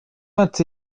vingt